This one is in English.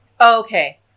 Okay